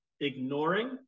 ignoring